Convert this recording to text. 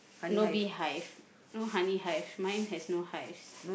no beehive no honey hive mine has no hives